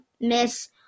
miss